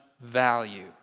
value